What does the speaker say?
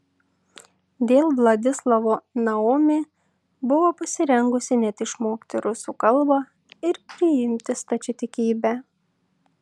dėl vladislavo naomi buvo pasirengusi net išmokti rusų kalbą ir priimti stačiatikybę